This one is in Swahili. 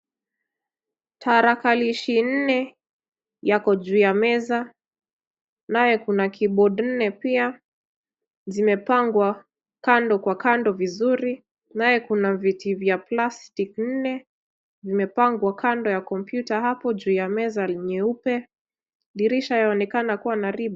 Tarakilishi nne yako juu ya meza naye kuna keyboard nne pia. Zimepangwa kando kwa kando vizuri naye kuna viti vya plastic nne vimepangwa kando ya kompyuta hapo juu ya meza nyeupe. Dirisha yaonekana kuwa na rib .